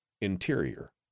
interior